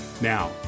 Now